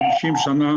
50 שנים,